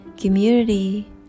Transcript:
community